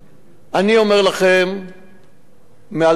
אני אומר לכם מעל במה זו: